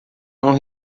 não